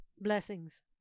Blessings